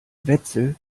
wetzel